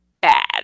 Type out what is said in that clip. bad